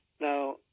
Now